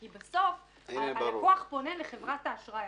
כי בסוף הלקוח פונה לחברת האשראי.